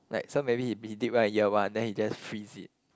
like so maybe he he did well in year one then he just freeze it